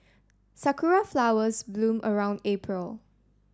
sakura flowers bloom around April